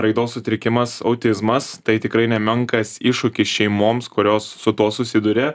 raidos sutrikimas autizmas tai tikrai nemenkas iššūkis šeimoms kurios su tuo susiduria